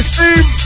Steve